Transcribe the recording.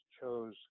chose